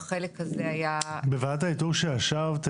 בחלק הזה היה --- בוועדת האיתור שישבתם,